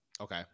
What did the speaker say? Okay